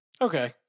Okay